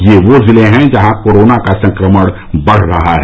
ये वो जिले हैं जहां कोरोना का संक्रमण बढ़ रहा है